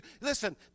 Listen